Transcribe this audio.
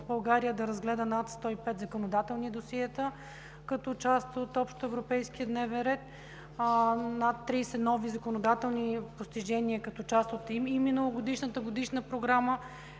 България разгледа над 105 законодателни досиета като част от общия европейски дневен ред, над 30 нови законодателни постижения като част от миналогодишната Годишна програма.